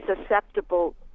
susceptible